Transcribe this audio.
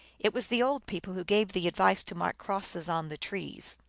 it was the old people who gave the advice to mark crosses on the trees.